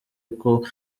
uko